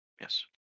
Yes